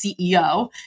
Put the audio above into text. ceo